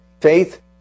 Faith